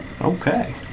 Okay